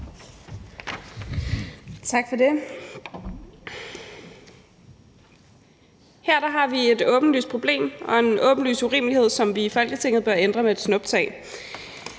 Tak for det. Her har vi at gøre med et åbenlyst problem og en åbenlys urimelighed, som vi i Folketinget bør ændre med et snuptag.